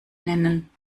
nennen